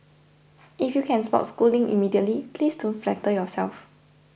if you can spot schooling immediately please don't flatter yourself